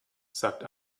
sagt